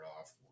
off